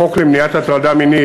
החוק למניעת הטרדה מינית,